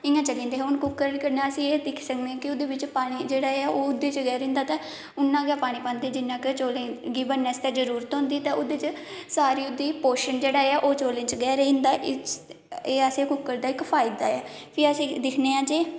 इयां चली जंदे हे हून कुकर च अस एह् दिक्खी सकने आं कि पानी जेहड़ा ऐ ओह् ओहदे च गै रेही जंदा ते इयां गै पानी पांदे जिन्ना कि चौलें गी गी बनने आस्तै जरुरत होंदी ते ओहदे च सारी ओहदी पोशन जेहड़ा ऐ ओह् चौलें च गै रेही जंदा एह् असें कुकर दा इक फाय्दा ऐ फ्ही अस एह् दिक्खने आं कि